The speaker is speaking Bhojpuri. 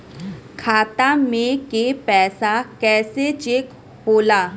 खाता में के पैसा कैसे चेक होला?